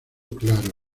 claro